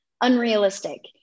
unrealistic